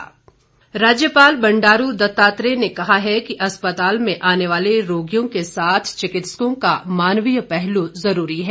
राज्यपाल राज्यपाल बंडारू दत्तात्रेय ने कहा है कि अस्पताल में आने वाले रोगियों के साथ चिकित्सकों का मानवीय पहलू जरूरी है